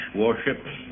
warships